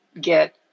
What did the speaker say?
get